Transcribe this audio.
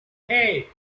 hey